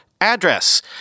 address